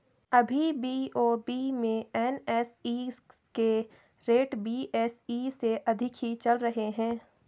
अभी बी.ओ.बी में एन.एस.ई के रेट बी.एस.ई से अधिक ही चल रहे हैं